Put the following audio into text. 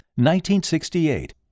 1968